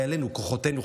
כוחותינו,